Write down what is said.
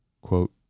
quote